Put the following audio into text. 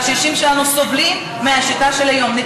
והקשישים שלנו סובלים מהשיטה של היום.